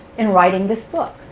in writing this book.